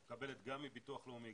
מקבלת גם מביטוח לאומי,